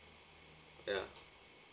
ya